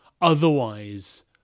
otherwise